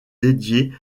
dédiée